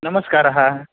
नमस्कारः